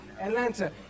Atlanta